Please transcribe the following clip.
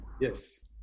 Yes